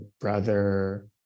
brother